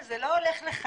אין, זה לא הולך לך.